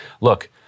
look